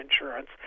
insurance